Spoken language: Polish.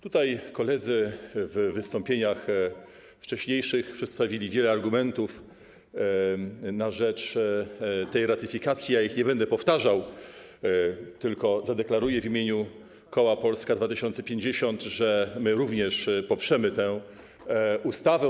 Tutaj koledzy w wystąpieniach wcześniejszych przedstawili wiele argumentów na rzecz tej ratyfikacji, ja ich nie będę powtarzał, tylko zadeklaruję w imieniu koła Polska 2050, że my również poprzemy tę ustawę.